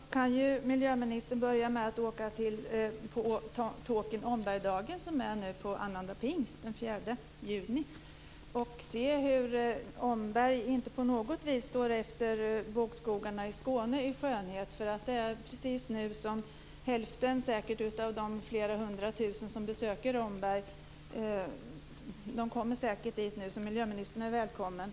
Fru talman! Då kan ju miljöministern börja med att besöka Tåkern-Omberg-dagen nu på annandag pingst, den 4 juni, och se att Omberg inte på något vis står efter bokskogarna i Skåne i skönhet. Hälften av de flera hundra tusen personer som besöker Omberg årligen kommer säkert dit nu, så miljöministern är välkommen.